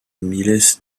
miles